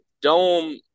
Dome